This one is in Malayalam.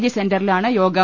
ജി സെന്ററിലാണ് യോഗം